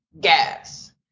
gas